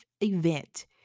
event